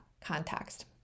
context